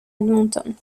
edmonton